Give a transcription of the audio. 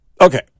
Okay